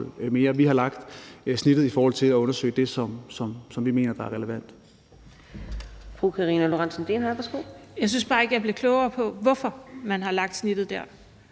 mere til. Vi har lagt snittet i forhold til at undersøge det, som vi mener er relevant.